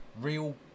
real